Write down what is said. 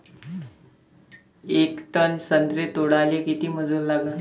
येक टन संत्रे तोडाले किती मजूर लागन?